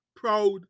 Proud